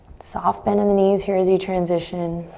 soft bend in the knees here as you transition.